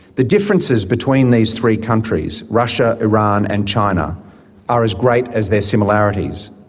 the differences between these three countries russia, iran and china are as great as their similarities.